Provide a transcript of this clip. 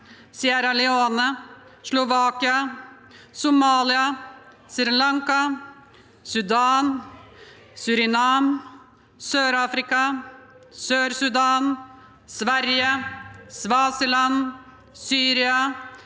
Sierra Leone, Slovakia, Somalia, Sri Lanka, Sudan, Surinam, Sør-Afrika, Sør-Sudan, Sverige, Eswatini, Syria,